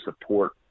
support